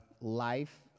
life